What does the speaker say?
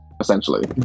essentially